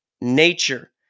nature